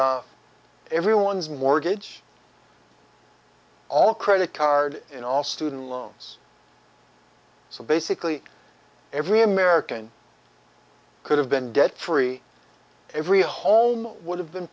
paid everyone's mortgage all credit card and all student loans so basically every american could have been debt free every home would have been